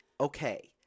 Okay